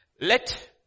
Let